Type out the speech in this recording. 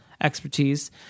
expertise